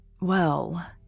well